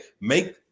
make